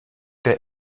der